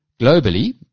Globally